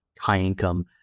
high-income